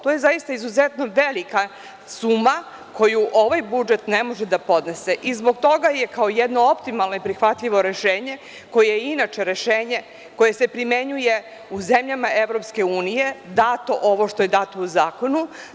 To je zaista izuzetno velika suma koju ovaj budžet ne može da podnese i zbog toga je, kao jedno optimalno i prihvatljivo rešenje, koje je inače rešenje koje se primenjuje u zemljama EU, dato ovo što je dato u zakonu.